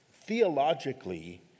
theologically